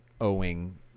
owing